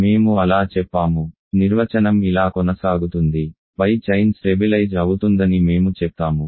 మేము అలా చెప్పాము నిర్వచనం ఇలా కొనసాగుతుంది పై చైన్ స్టెబిలైజ్ అవుతుందని మేము చెప్తాము